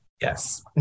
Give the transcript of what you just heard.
Yes